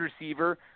receiver